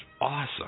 awesome